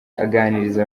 aganiriza